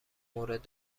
مورد